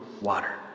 water